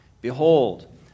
Behold